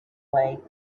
way